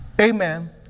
Amen